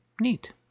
Neat